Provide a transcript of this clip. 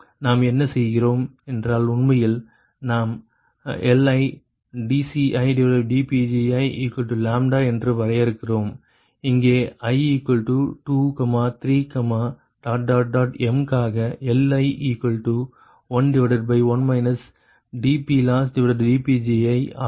நாம் என்ன செய்கிறோம் என்றால் உண்மையில் நாம் LidCidPgiλ என்று வரையறுக்கிறோம் இங்கே i23m க்காக Li11 dPLossdPgi ஆகும்